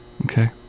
Okay